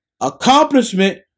accomplishment